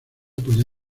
apoyado